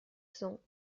cents